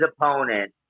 opponent